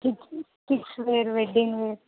kids ware wedding ware